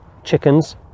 Chickens